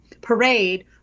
parade